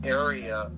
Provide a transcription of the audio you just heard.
area